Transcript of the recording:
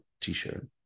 t-shirt